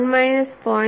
1 minus 0